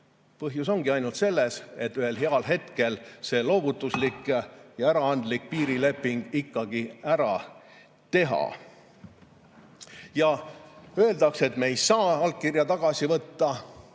Põhjus ongi ainult selles, et ühel heal hetkel [tahetakse] see loovutuslik ja äraandlik piirileping ikkagi ära teha. Öeldakse, et me ei saa allkirja tagasi võtta.